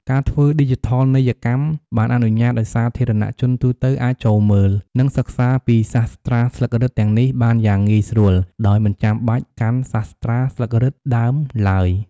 ការធ្វើឌីជីថលនីយកម្មបានអនុញ្ញាតឱ្យសាធារណជនទូទៅអាចចូលមើល និងសិក្សាពីសាស្រ្តាស្លឹករឹតទាំងនេះបានយ៉ាងងាយស្រួល ដោយមិនចាំបាច់កាន់សាស្រ្តាស្លឹករឹតដើមឡើយ។